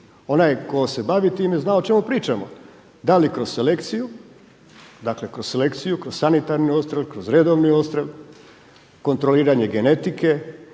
Onaj tko se bavi time zna o čemu pričamo, da li kroz selekciju, dakle kroz selekciju, kroz sanitarni odstrjel, kroz redovni odstrjel, kontroliranje genetike